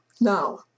Now